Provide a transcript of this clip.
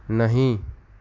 نہیں